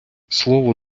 слово